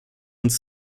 uns